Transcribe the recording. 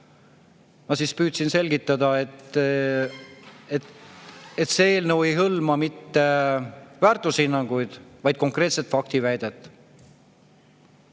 Ma siis püüdsin selgitada, et see eelnõu ei hõlma mitte väärtushinnanguid, vaid konkreetset faktiväidet: